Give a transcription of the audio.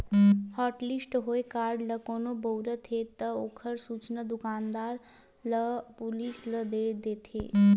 hotlist होए card ल कोनो बउरत हे त ओखर सूचना दुकानदार ह पुलिस ल दे देथे